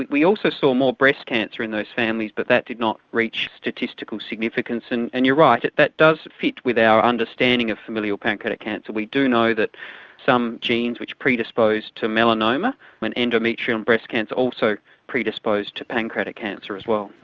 we also saw more breast cancer in those families, but that did not reach statistical significance. and you're right, that does fit with our understanding of familial pancreatic cancer. we do know that some genes which predispose to melanoma and endometrial and breast cancer also predispose to pancreatic cancer as well.